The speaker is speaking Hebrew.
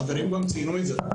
החברים גם ציינו את זה.